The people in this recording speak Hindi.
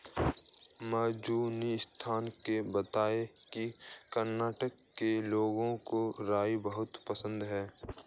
मंजुनाथ ने बताया कि कर्नाटक के लोगों को राई बहुत पसंद है